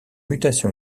mutation